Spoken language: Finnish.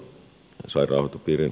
arvoisa puhemies